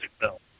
bill